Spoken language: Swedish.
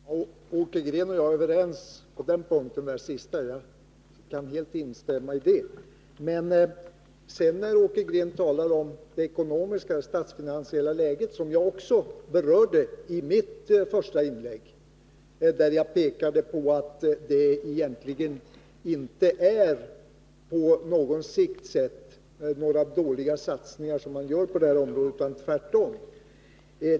Herr talman! Åke Green och jag är överens på den senaste punkten. Jag kan helt instämma i det. Sedan talar Åke Green om det statsfinansiella läget, som jag också berörde i mitt första inlägg. Jag pekade på att det egentligen inte är på sikt några dåliga satsningar som görs på området — tvärtom.